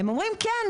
הם אומרים כן,